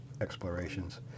explorations